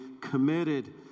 committed